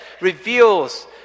reveals